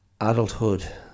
adulthood